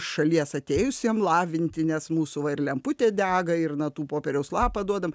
šalies atėjusiem lavinti nes mūsų va ir lemputė dega ir natų popieriaus lapą duodam